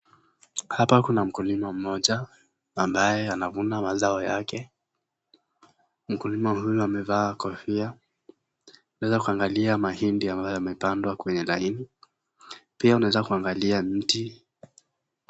Hapa kuna mkulima mmoja ambaye anavuna mazao yake , mkulima huyu amevaa kofia unaweza kuangalia mahindi ambayo yamepandwa kwenye laini ,pia unaweza kuangalia miti.